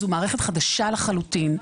זו מערכת חדשה לחלוטין.